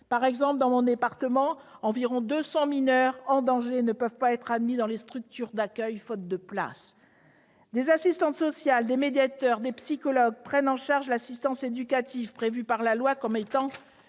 par exemple, quelque 200 mineurs en danger ne peuvent être admis dans les structures d'accueil, faute de place. Des assistantes sociales, des médiateurs, des psychologues prennent en charge l'assistance éducative, que la loi confie pourtant